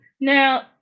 Now